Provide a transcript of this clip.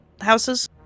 houses